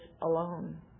alone